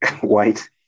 white